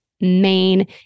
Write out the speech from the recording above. main